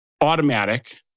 automatic